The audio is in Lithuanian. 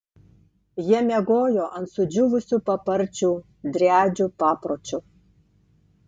jie miegojo ant sudžiūvusių paparčių driadžių papročiu